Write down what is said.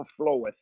overfloweth